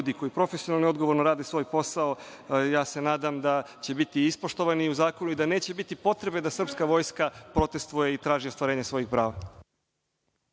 ljudi koji profesionalno i odgovorno rade svoj posao nadam se da će biti ispoštovani u zakonu i da neće biti potrebe da srpska vojska protestuje i traži ostvarenje svojih prava.